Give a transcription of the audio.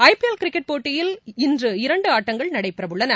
ஐ P L cricket போட்டியில் இன்று இரண்டுஆட்டங்கள் நடைபெறவுள்ளன